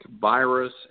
virus